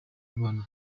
abantu